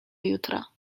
jutra